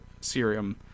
serum